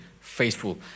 faithful